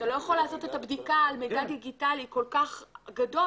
אתה לא יכול לעשות את הבדיקה על מידע דיגיטלי כל כך גדול,